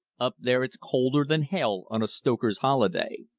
up there it's colder than hell on a stoker's holiday.